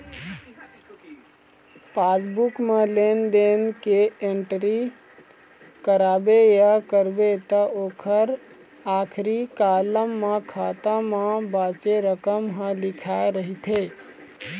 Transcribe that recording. passbook म लेन देन के एंटरी कराबे या करबे त ओखर आखरी कालम म खाता म बाचे रकम ह लिखाए रहिथे